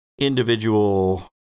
individual